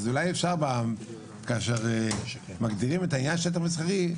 אז אולי אפשר כאשר מגדירים את העניין שטח מסחרי,